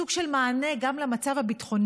זה סוג של מענה גם למצב הביטחוני,